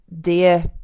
dear